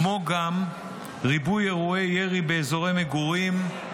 כמו גם ריבוי אירועי ירי באזורי מגורים,